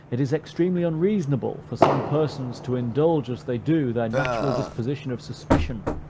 it is extremely unreasonable for some persons to indulge as they do, their natural disposition of suspicion,